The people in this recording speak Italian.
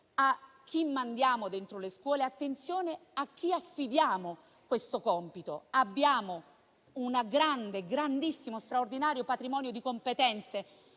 a chi mandiamo dentro le scuole, attenzione a chi affidiamo questo compito. Abbiamo un grandissimo, straordinario patrimonio di competenze